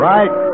Right